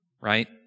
right